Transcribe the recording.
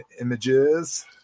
images